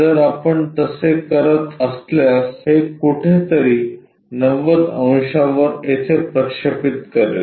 जर आपण तसे करत असल्यास हे कुठेतरी 90 अंशावर येथे प्रक्षेपित करेल